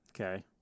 Okay